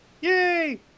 Yay